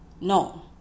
no